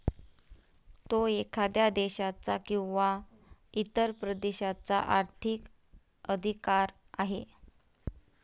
तो एखाद्या देशाचा किंवा इतर प्रदेशाचा आर्थिक अधिकार आहे